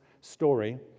story